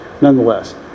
nonetheless